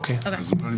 וההסדר הזה